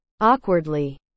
Awkwardly